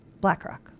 BlackRock